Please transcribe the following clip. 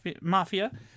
mafia